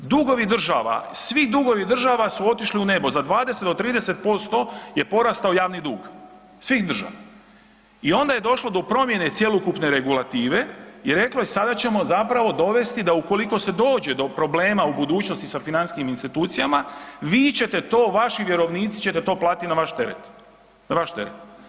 Dugovi država, svi dugovi država su otišli u nebo, za 20 do 30% je porastao javni dug svih država i onda je došlo do promjene cjelokupne regulative i reklo je sada ćemo zapravo dovesti da ukoliko se dođe do problema u budućnosti sa financijskim institucijama, vi ćete to, vaši vjerovnici ćete to platiti na vaš teret, na vaš teret.